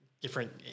different